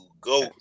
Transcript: go